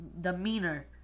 demeanor